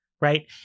right